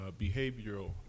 behavioral